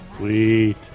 Sweet